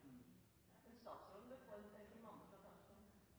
en nytiltrådt statsråd